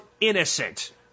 innocent